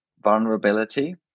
vulnerability